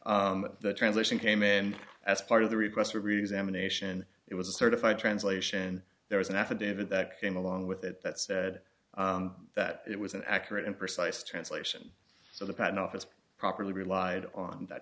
case the translation came in as part of the request for examination it was a certified translation there was an affidavit that came along with it that said that it was an accurate and precise translation so the patent office properly relied on that